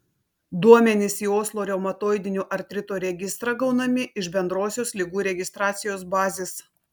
duomenys į oslo reumatoidinio artrito registrą gaunami iš bendrosios ligų registracijos bazės